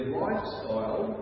lifestyle